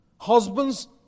husbands